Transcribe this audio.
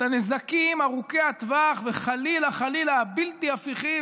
את הנזקים ארוכי הטווח וחלילה חלילה הבלתי-הפיכים